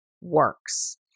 works